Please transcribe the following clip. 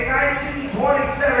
1927